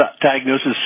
diagnosis